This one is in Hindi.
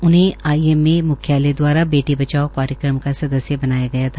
उन्हें आई एम ए म्ख्यालय द्वारा बेटी बचाओ बेटी पढ़ाओ कार्यक्रम का सदस्य बनाया गया था